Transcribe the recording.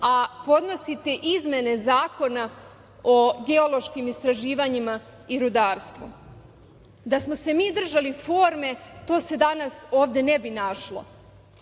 a podnosite izmene Zakona o geološkim istraživanjima i rudarstvu. Da smo se mi držali forme, to se danas ovde ne bi našlo,